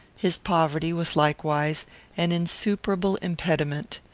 his poverty was likewise an insuperable impediment.